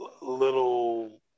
little